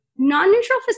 Non-neutral